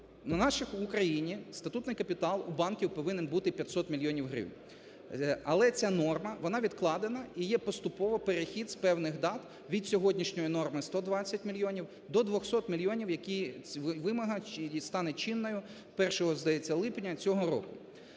В Україні статутний капітал у банків повинен бути 500 мільйонів гривень. Але ця норма, вона відкладена і є поступово перехід з певних дат від сьогоднішньої норми 120 мільйонів до 200 мільйонів, яка вимога і стане чинною 1, здається, липня цього року.